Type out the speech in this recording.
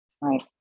right